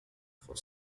for